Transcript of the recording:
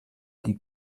die